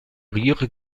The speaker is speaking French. rire